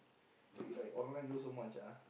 why you like online girl so much ah